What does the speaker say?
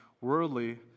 worldly